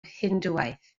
hindŵaeth